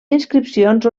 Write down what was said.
inscripcions